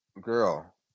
girl